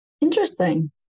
Interesting